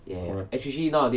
correct